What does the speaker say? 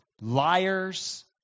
liars